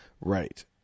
Right